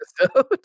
episode